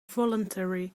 voluntary